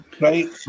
right